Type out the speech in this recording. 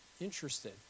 interested